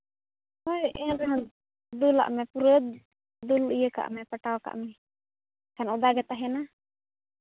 ᱦᱳᱭ ᱮᱱ ᱨᱮᱦᱚᱸ ᱫᱩᱞᱟᱜ ᱢᱮ ᱯᱩᱨᱟᱹ ᱫᱩᱞ ᱯᱟᱴᱟᱣ ᱠᱟᱜ ᱢᱮ ᱮᱱᱠᱷᱟᱱ ᱚᱫᱟ ᱜᱮ ᱛᱟᱦᱮᱱᱟ